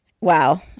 wow